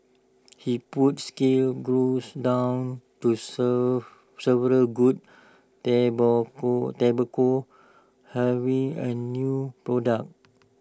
he put scale growth down to so several good tobacco tobacco harvests and new products